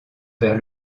vers